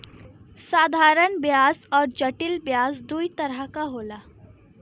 साधारन बियाज अउर जटिल बियाज दूई तरह क होला